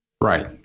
Right